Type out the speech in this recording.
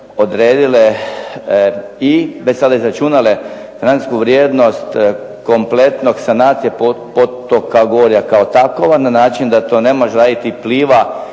odredile i već sada izračunale financijsku vrijednost kompletne sanacije potoka Gorjaka kao takova na način da to ne može raditi Pliva